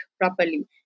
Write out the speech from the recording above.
properly